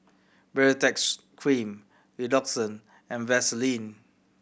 Baritex Cream Redoxon and Vaselin